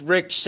Rick